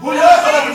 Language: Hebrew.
הוא לא יכול.